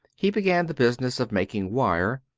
he began the business of making wire,